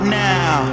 now